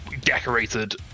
decorated